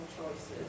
choices